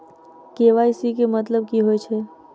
KYC केँ मतलब की होइ छै?